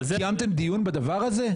קיימתם דיון בדבר הזה?